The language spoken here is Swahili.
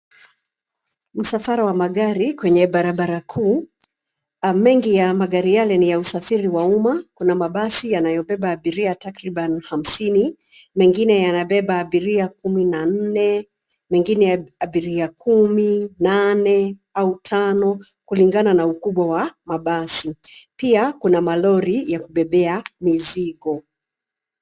Msafara wa magari kwenye barabara kuu, mengi ya magari yale ni ya usafiri wa umma, kuna mabasi yanayobeba abiria takriban hamsini, mengine yanabeba abiria kumi na nne, mengine abiria kumi, nane au tano kulingana na ukubwa wa mabasi. Pia, kuna malori ya kubebea mizigo.